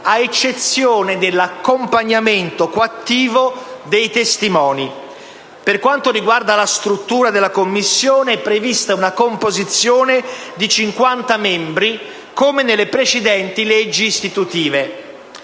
a eccezione dell'accompagnamento coattivo dei testimoni. Per quanto riguarda la struttura della Commissione, è prevista una composizione di 50 membri, come nelle precedenti leggi istitutive.